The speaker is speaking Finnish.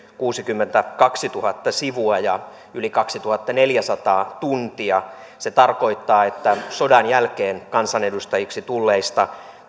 kuusikymmentäkaksituhatta sivua ja yli kaksituhattaneljäsataa tuntia se tarkoittaa että sodan jälkeen kansanedustajiksi tulleista